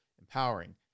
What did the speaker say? empowering